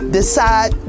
decide